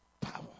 power